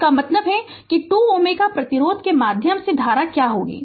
इसका मतलब है कि 2 Ω प्रतिरोध के माध्यम से धारा क्या होगी